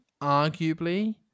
arguably